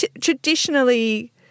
traditionally